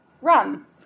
run